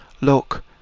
Look